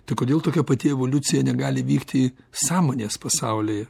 tai kodėl tokia pati evoliucija negali vykti sąmonės pasaulyje